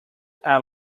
are